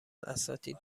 اساتید